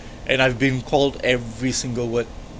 and I've been called every single word